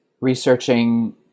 researching